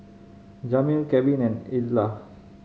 Jamil Kevin and Edla